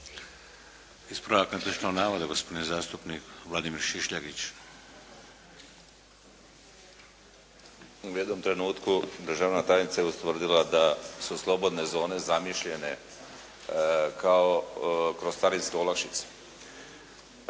Ispravak netočnog navoda, gospodin zastupnik Vladimir Šišljagić. **Šišljagić, Vladimir (HDSSB)** U jednom trenutku državna tajnica je ustvrdila da su slobodne zone zamišljene kao kroz carinske olakšice.